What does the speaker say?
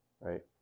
right